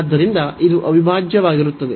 ಆದ್ದರಿಂದ ಇದು ಅವಿಭಾಜ್ಯವಾಗಿರುತ್ತದೆ